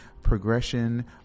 progression